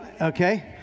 okay